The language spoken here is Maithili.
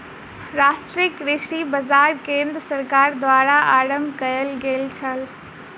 राष्ट्रीय कृषि बाजार केंद्र सरकार द्वारा आरम्भ कयल गेल छल